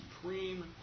Supreme